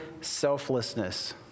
selflessness